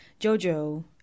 Jojo